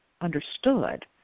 understood